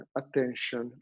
attention